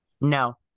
No